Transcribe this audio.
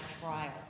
trial